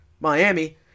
Miami